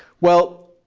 well,